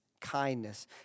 kindness